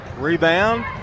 Rebound